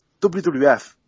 WWF